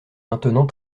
maintenant